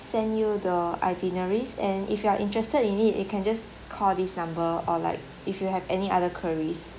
send you the itineraries and if you are interested in it you can just call this number or like if you have any other queries